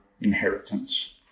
inheritance